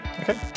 okay